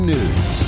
News